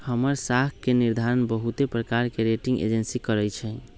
हमर साख के निर्धारण बहुते प्रकार के रेटिंग एजेंसी करइ छै